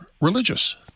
religious